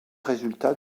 résultat